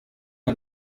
aba